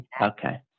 okay